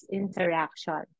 interaction